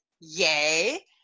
Yay